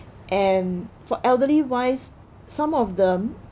and for elderly wise some of them